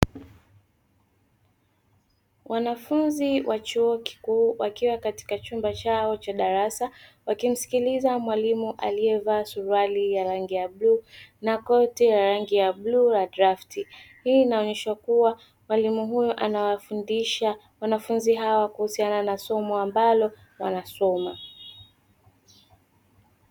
Wanafunzi wa chuo kikuu wakiwa katika chumba chao cha darasa, wakimsikiliza mwalimu aliyevaa suruali ya rangi ya bluu na koti la rangi ya bluu la drafti; hii inaonyesha kuwa mwalimu huyo anawafundisha wanafunzi hawa kuhusiana na somo ambalo wanasoma.